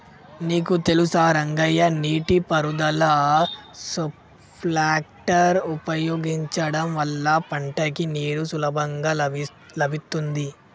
నీకు తెలుసా రంగయ్య నీటి పారుదల స్ప్రింక్లర్ ఉపయోగించడం వల్ల పంటకి నీరు సులభంగా లభిత్తుంది